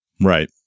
Right